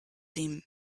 him